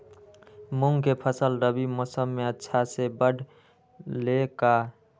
मूंग के फसल रबी मौसम में अच्छा से बढ़ ले का?